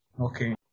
Okay